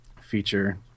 feature